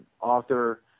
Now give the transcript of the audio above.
author